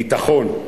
ביטחון.